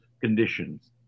conditions